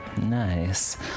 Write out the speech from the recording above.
Nice